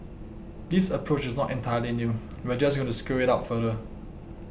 this approach is not entirely new we are just going to scale it up further